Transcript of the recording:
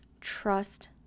Trust